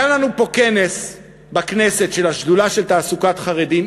היה לנו פה בכנסת כנס של השדולה לתעסוקת חרדים,